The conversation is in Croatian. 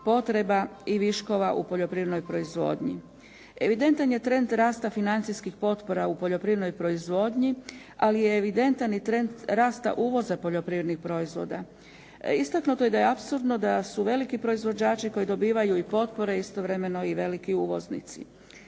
potreba i viškova u poljoprivrednoj proizvodnji. Evidentan je trend rasta financijskih potpora u poljoprivrednoj proizvodnji ali je evidentan i trend rasta uvoza poljoprivrednih proizvoda. Istaknuto je da je apsurdno da su veliki proizvođači koji dobivaju i potpore istovremeno i veliki uvoznici.